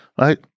Right